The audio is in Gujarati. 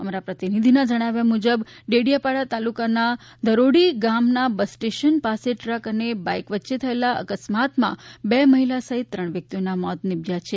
અમારા પ્રતિનિધિના જણાવ્યા મુજબ ડેડીયાપાડા તાલુકાના ધંરોળી ગામના બસ સ્ટેડન્ડ પાસે ટ્રક અને બાઈક વચ્ચે થયેલા અકસ્માતમાં બે મહિલા સહિત ત્રણ વ્યકિતનાં મોત નીપજ્યા છે